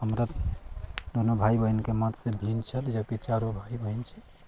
हमरा दुनू भाइ बहिन के मत से भिन्न छथि जबकि चारू भाइ बहिन छी